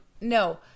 No